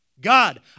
God